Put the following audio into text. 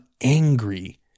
angry